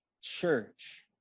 church